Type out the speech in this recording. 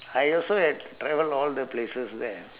I also have travel all the places there